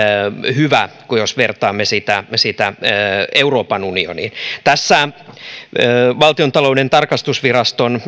hyvä jos vertaamme sitä euroopan unioniin tässä valtiontalouden tarkastusviraston